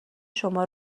شما